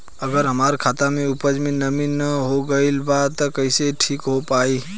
अगर हमार खेत में उपज में नमी न हो गइल बा त कइसे ठीक हो पाई?